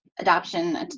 adoption